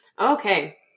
Okay